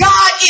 God